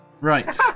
Right